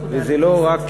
וזה לא רק